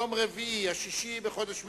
יום רביעי, 6 בחודש